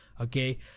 Okay